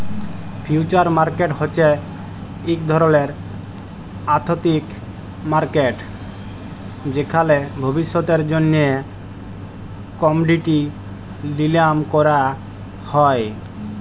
future market হছে ইক ধরলের আথ্থিক মার্কেট যেখালে ভবিষ্যতের জ্যনহে কমডিটি লিলাম ক্যরা হ্যয়